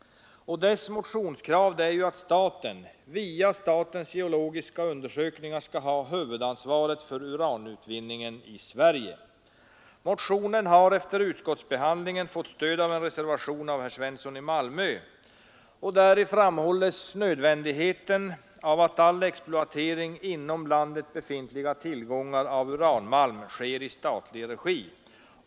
Motionens krav är att staten via SGU skall ha huvudansvaret för uranutvinningen i Sverige. Motionen har efter utskottsbehandlingen fått stöd av en reservation av herr Svensson i Malmö. Däri framhålles nödvändigheten av att all exploatering av inom landet befintliga tillgångar av uranmalm sker i statlig regi.